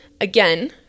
again